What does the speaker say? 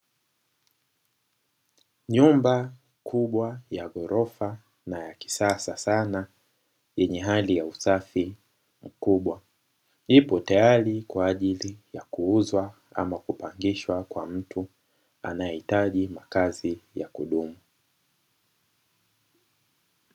Nyumba kubwa ya ghorofa na ya kisasa sana yenye hali ya usafi mkubwa, ipo tayari kwa ajili ya kuuzwa au kupangishwa kwa mtu anayehitaji makazi ya kudumu.